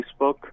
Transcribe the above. Facebook